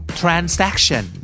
transaction